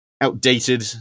outdated